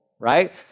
right